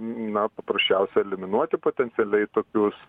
na paprasčiausia eliminuoti potencialiai tokius